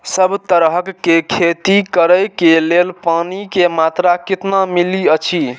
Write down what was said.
सब तरहक के खेती करे के लेल पानी के मात्रा कितना मिली अछि?